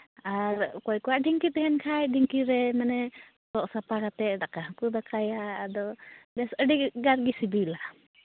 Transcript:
ᱟᱨ ᱚᱠᱚᱭ ᱠᱚᱣᱟᱜ ᱰᱷᱤᱝᱠᱤ ᱛᱟᱦᱮᱱ ᱠᱷᱟᱱ ᱰᱷᱤᱝᱠᱤ ᱨᱮ ᱢᱟᱱᱮ ᱥᱚᱜ ᱥᱟᱯᱷᱟ ᱠᱟᱛᱮᱫ ᱫᱟᱠᱟ ᱦᱚᱸᱠᱚ ᱫᱟᱠᱟᱭᱟ ᱟᱫᱚ ᱵᱮᱥ ᱟᱹᱰᱤᱜᱟᱱᱜᱮ ᱥᱤᱵᱤᱞᱟ